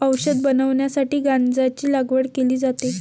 औषध बनवण्यासाठी गांजाची लागवड केली जाते